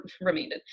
Remained